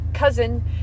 cousin